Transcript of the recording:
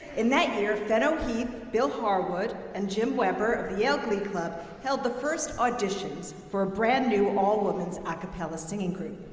in that year, ben o'keefe, bill harwood, and jim weber of the yale glee club held the first auditions for a brand new, all women's a cappella singing group.